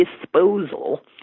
disposal